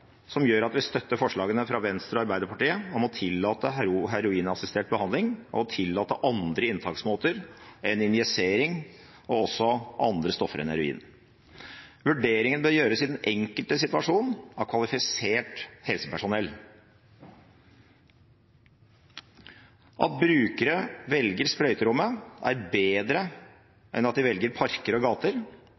som gjør at vi støtter forslagene fra Venstre og Arbeiderpartiet om å tillate heroinassistert behandling og tillate andre inntaksmåter enn injisering og også andre stoffer enn heroin. Vurderingen bør gjøres i den enkelte situasjon, av kvalifisert helsepersonell. At brukere velger sprøyterommet, er bedre enn at de velger parker og gater,